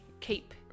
keep